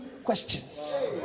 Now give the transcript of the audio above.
questions